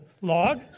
log